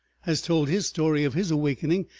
has told his story of his awakening,